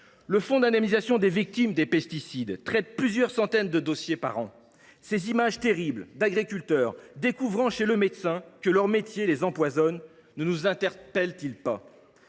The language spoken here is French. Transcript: Le fonds d’indemnisation des victimes des pesticides traite plusieurs centaines de dossiers par an. Ces images terribles d’agriculteurs découvrant chez le médecin que leur métier les empoisonne ne nous touchent elles donc pas ?